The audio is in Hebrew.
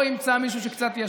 או ימצא מישהו שישן קצת,